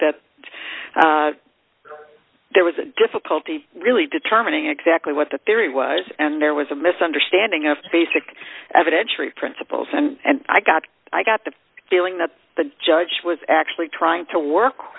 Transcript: the there was a difficulty really determining exactly what the theory was and there was a misunderstanding of basic evidentiary principles and i got i got the feeling that the judge was actually trying to work